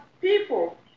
people